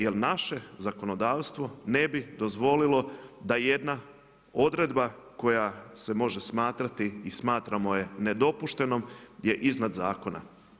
Jer naše zakonodavstvo ne bi dozvolilo da jedna odredba koja se može smatrati i smatramo je nedopuštenom je iznad zakona.